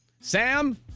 Sam